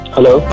Hello